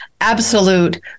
absolute